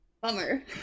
Bummer